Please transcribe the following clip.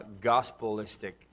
gospelistic